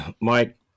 Mike